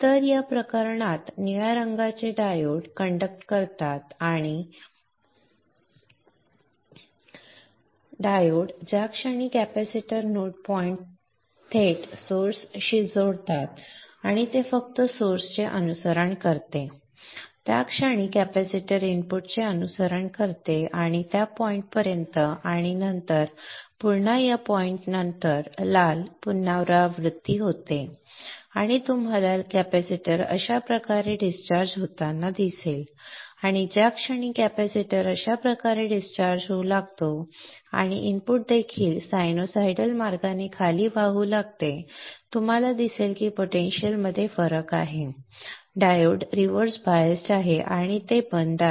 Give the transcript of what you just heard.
तर या प्रकरणात निळ्या रंगाचे डायोड कंडक्ट करतात आणि डायोड ज्या क्षणी कॅपेसिटर नोड पॉइंट थेट सोर्स शी जोडतात आणि ते फक्त सोर्स चे अनुसरण करते त्या क्षणी कॅपेसिटर इनपुटचे अनुसरण करते या बिंदूपर्यंत आणि नंतर पुन्हा या बिंदूनंतर लाल पुनरावृत्ती होते आणि आपल्याला कॅपेसिटर अशा प्रकारे डिस्चार्ज होताना दिसेल आणि ज्या क्षणी कॅपेसिटर अशा प्रकारे डिस्चार्ज होऊ लागतो आणि इनपुट देखील साइनसॉइडल मार्गाने खाली वाहू लागतो आपल्याला दिसेल की पोटेन्शियल मध्ये फरक आहे डायोड रिव्हर्स बायस्ड आहेत आणि ते बंद कर